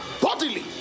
bodily